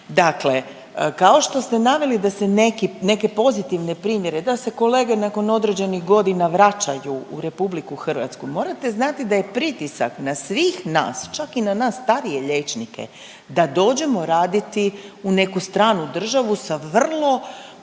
Dakle kao što ste naveli da se neki, neke pozitivne primjere, da se kolege nakon određenih godina vraćaju u RH, morate znati da je pritisak na svih nas, čak i na nas starije liječnike da dođemo raditi u neku stranu državu sa vrlo